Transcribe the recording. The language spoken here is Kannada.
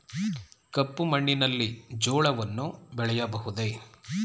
ಕಪ್ಪು ಮಣ್ಣಿನಲ್ಲಿ ಜೋಳವನ್ನು ಬೆಳೆಯಬಹುದೇ?